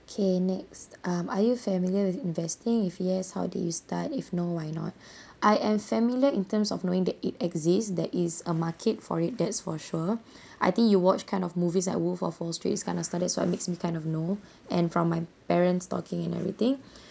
K next um are you familiar with investing if yes how did you start if no why not I am familiar in terms of knowing that it exist there is a market for it that's for sure I think you watch kind of movies like wolf of wall street is kind of started it's what makes me kind of know and from my parents talking and everything